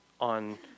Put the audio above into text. on